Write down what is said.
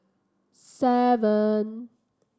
seven